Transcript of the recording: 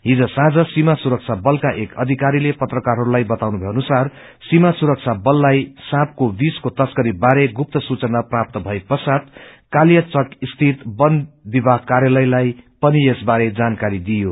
हिज साँझ सीमा सुरक्षा बलका एक अधिकारीले पत्रकारहरूलाई बताएअनुसार सीमा सुरक्षा बललाई साँपको विषको तस्करी बारे गुप्त सूचना प्राप्त भए ष्वात कालियाचक स्थित वन विभाग कायालयलाई पनि यसबारे जानकारी दिइयो